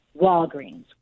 Walgreens